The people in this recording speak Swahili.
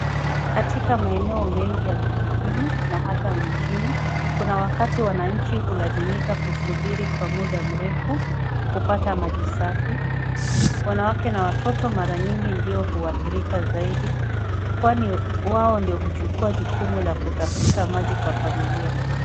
Katika maeneo mengi ya vijijini na hata mijini kuna wakati wananchi hulazimika kusubiri kwa muda mrefu kupata maji safi. Wanawake na watoto mara nyingi ndio huathirika zaidi kwani wao ndio huchukua jukumu la kutafuta maji kwa familia.